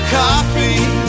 coffee